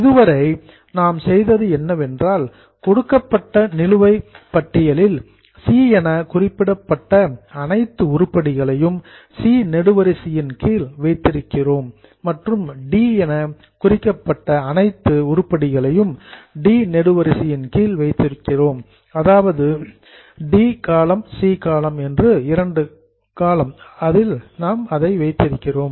இதுவரை நாம் செய்தது என்னவென்றால் கொடுக்கப்பட்ட நிலுவை பட்டியலில் சி என குறிக்கப்பட்ட அனைத்து உருப்படிகளை சி நெடுவரிசையின் கீழ் வைத்திருக்கிறோம் மற்றும் டி என குறிக்கப்பட்ட அனைத்து உருப்படிகளை டி நெடுவரிசையின் கீழ் வைத்திருக்கிறோம்